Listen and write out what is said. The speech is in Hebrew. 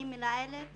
אני מנהלת